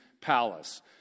palace